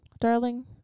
Darling